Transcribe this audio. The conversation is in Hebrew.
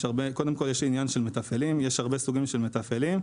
יש סוגים רבים של מתפעלים.